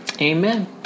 Amen